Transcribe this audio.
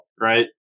right